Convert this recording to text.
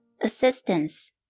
assistance